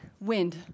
wind